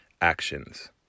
actions